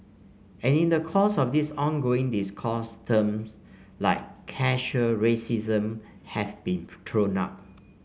and in the course of this ongoing discourse terms like casual racism have been thrown up